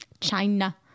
China